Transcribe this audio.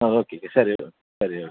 ಹೌದು ಓಕೆ ಸರಿ ಓಕೆ ಸರಿ ಓಕೆ